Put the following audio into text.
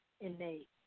innate